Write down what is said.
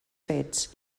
fets